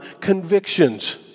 convictions